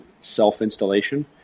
self-installation